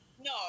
No